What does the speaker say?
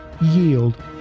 Yield